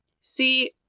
See